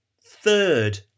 third